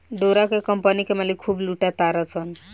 डोरा के कम्पनी के मालिक खूब लूटा तारसन